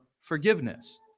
forgiveness